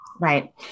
Right